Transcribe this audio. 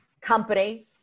company